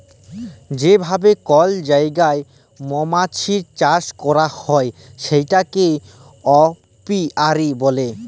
যে ভাবে কল জায়গায় মমাছির চাষ ক্যরা হ্যয় সেটাকে অপিয়ারী ব্যলে